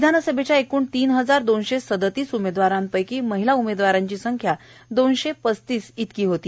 विधानसभेच्या एकूण तीन हजार दोनशे सदतीस उमेदवारांपैकी महिला उमेदवारांची संख्या दोनशे पस्तीस एवढी होती